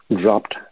dropped